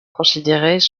considérées